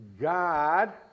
God